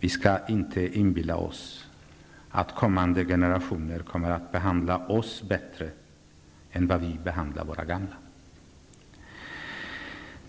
Vi skall inte inbilla oss att kommande generationer kommer att behandla oss bättre än vad vi behandlar våra gamla.